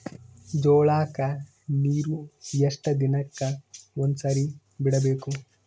ಜೋಳ ಕ್ಕನೀರು ಎಷ್ಟ್ ದಿನಕ್ಕ ಒಂದ್ಸರಿ ಬಿಡಬೇಕು?